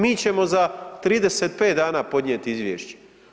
Mi ćemo za 35 dana podnijeti izvješće.